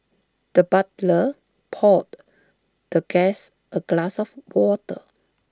the butler poured the guest A glass of water